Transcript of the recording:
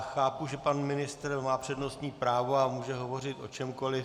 Chápu, že pan ministr má přednostní právo a může hovořit o čemkoliv.